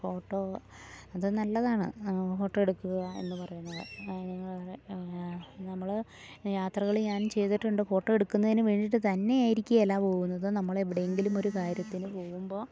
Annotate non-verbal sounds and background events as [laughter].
photo അതു നല്ലതാണ് photo എടുക്കുക എന്നു പറയുന്നത് [unintelligible] നമ്മൾ യാത്രകൾ ഞാൻ ചെയ്തിട്ടുണ്ട് ഫോട്ടോ എടുക്കുന്നതിനു വേണ്ടിയിട്ട് തന്നെയായിരിക്കുകയില്ല പോകുന്നത് നമ്മളെവിടെയെങ്കിലുമൊരു കാര്യത്തിനു പോകുമ്പോൾ